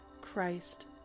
Christ